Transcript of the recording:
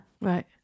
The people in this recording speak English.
right